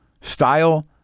style